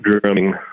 drumming